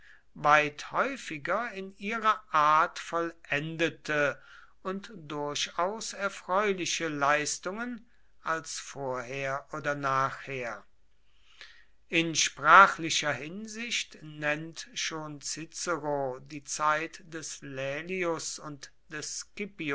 weit häufiger in ihrer art vollendete und durchaus erfreuliche leistungen als vorher oder nachher in sprachlicher hinsicht nennt schon cicero die zeit des laelius und des